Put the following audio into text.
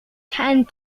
tend